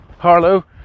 Harlow